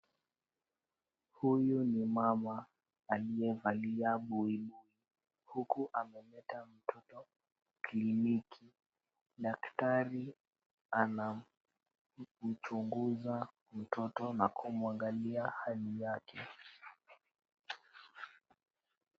Huyu ni mama aliyevalia buibui huku ameleta mtoto kliniki. Daktari anamchunguza mtoto na kumwangalia hali yake.